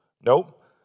Nope